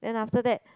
then after that